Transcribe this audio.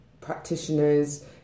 practitioners